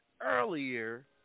earlier